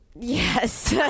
yes